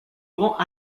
grands